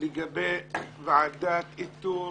לגבי ועדת איתור